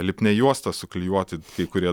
lipnia juosta suklijuoti kai kurie